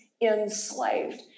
enslaved